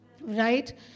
Right